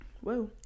whoa